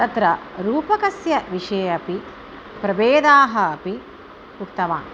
तत्र रूपकस्य विषये अपि प्रभेदाः अपि उक्तवान्